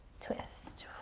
twist.